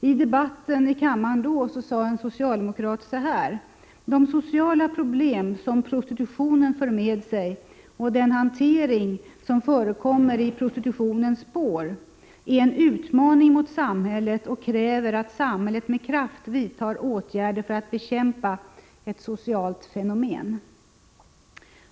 I debatten i kammaren sade en socialdemokrat då att de sociala problem som prostitutionen för med sig och den hantering som förekommer i prostitutionens spår är en utmaning mot samhället och kräver att samhället med kraft vidtar åtgärder för att bekämpa ett socialt fenomen.